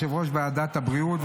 יושב-ראש ועדת הבריאות,